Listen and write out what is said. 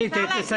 צחי, אפשר להגיע